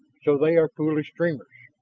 so they are foolish dreamers.